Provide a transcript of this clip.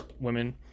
women